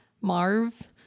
Marv